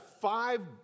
five